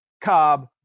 Cobb